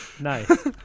Nice